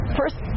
first